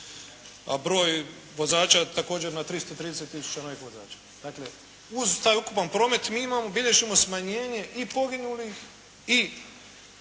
a broj vozača također na 330 tisuća novih vozača. Dakle uz taj ukupan promet mi bilježimo smanjenje i poginulih i